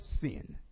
sin